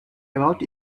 about